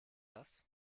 das